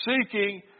Seeking